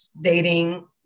dating